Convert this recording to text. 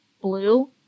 blue